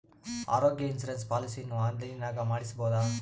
ಆರೋಗ್ಯ ಇನ್ಸುರೆನ್ಸ್ ಪಾಲಿಸಿಯನ್ನು ಆನ್ಲೈನಿನಾಗ ಮಾಡಿಸ್ಬೋದ?